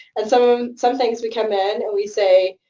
and some some things, we come in and we say,